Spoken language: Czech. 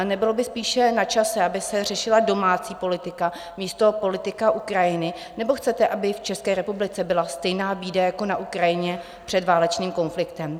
Nebylo by spíše načase, aby se řešila domácí politika místo politika Ukrajiny, nebo chcete, aby v České republice byla stejná bída jako na Ukrajině před válečným konfliktem?